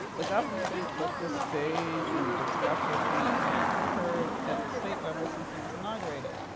the governor then took the stage and discussed what changes had occurred at the state level since he was inaugurated.